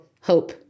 hope